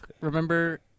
Remember